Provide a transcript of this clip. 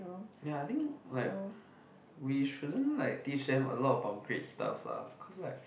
ya I think like we shouldn't like teach them a lot about grade stuff cause like